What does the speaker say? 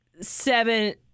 seven